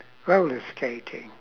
rollerskating